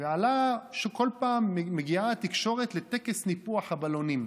ועלה שכל פעם מגיעה התקשורת לטקס ניפוח הבלונים.